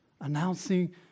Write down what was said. announcing